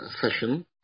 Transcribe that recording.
session